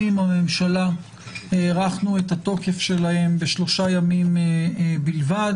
עם הממשלה הארכנו את התוקף שלהם בשלושה ימים בלבד,